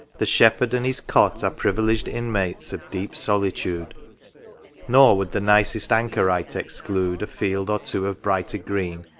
the shepherd and his cot are privileged inmates of deep solitude nor would the nicest anchorite exclude a field or two of brighter green,